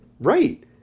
right